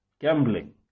Gambling